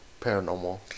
paranormal